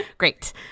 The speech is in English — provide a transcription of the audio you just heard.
Great